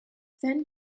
then